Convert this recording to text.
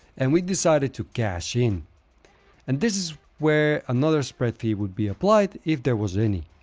and we've decided to cash in. and this is where another spread fee would be applied, if there was any.